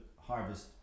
harvest